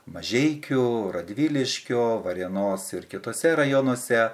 mažeikių radviliškio varėnos ir kituose rajonuose